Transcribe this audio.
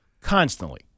constantly